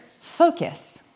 focus